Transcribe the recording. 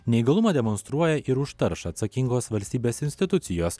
neįgalumą demonstruoja ir už taršą atsakingos valstybės institucijos